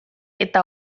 eta